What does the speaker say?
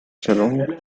salón